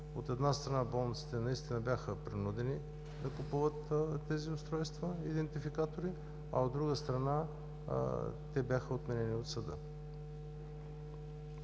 от една страна, болниците наистина бяха принудени да купуват тези устройства – идентификатори, а от друга страна, те бяха отменени от съда.